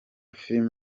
filime